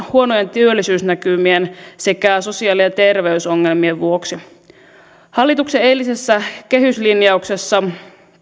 huonojen työllisyysnäkymien sekä sosiaali ja terveysongelmien vuoksi hallituksen eilisessä kehyslinjauksessa